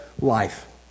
life